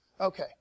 okay